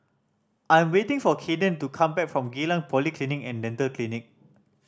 I'm waiting for Kaden to come back from Geylang Polyclinic And Dental Clinic